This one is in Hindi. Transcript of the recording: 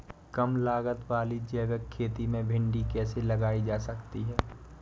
कम लागत वाली जैविक खेती में भिंडी कैसे लगाई जा सकती है?